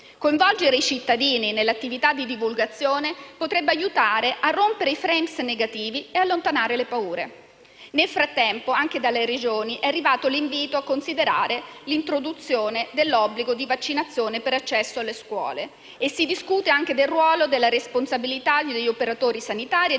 Coinvolgere i cittadini nell'attività di divulgazione potrebbe aiutare a rompere i *frames* negativi e ad allontanare le paure. Nel frattempo, anche dalle Regioni è arrivato l'invito a considerare l'introduzione dell'obbligo di vaccinazione per l'accesso alle scuole e si discute anche del ruolo e della responsabilità degli operatori sanitari e